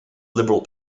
liberal